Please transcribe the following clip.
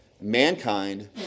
mankind